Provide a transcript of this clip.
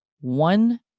One